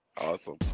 Awesome